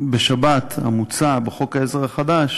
בשבת המוצע בחוק-העזר החדש